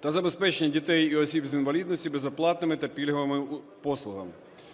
та забезпечення дітей і осіб з інвалідністю безоплатними та пільговими послугами.